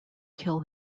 kill